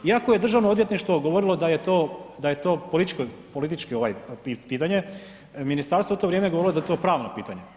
Iako je Državno odvjetništvo govorilo da je to političko pitanje ministarstvo je u to vrijeme govorilo da je to pravno pitanje.